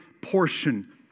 portion